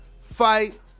fight